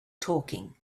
talking